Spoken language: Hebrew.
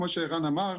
כמו שערן אמר,